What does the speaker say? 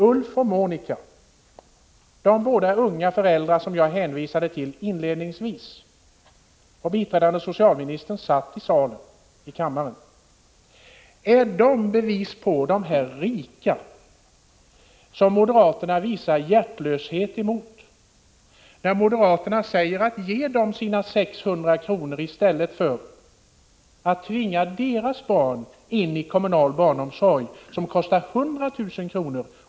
Ulf och Monika, de båda unga föräldrar som jag hänvisade till inledningsvis, då biträdande socialministern satt i kammaren — är de ett bevis för att moderaterna visar hjärtlöshet, när vi moderater säger: Ge dem deras 600 kr. i stället för att tvinga in deras barn i kommunal barnomsorg, som kostar 100 000 kr.